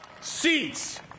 seats